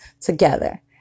together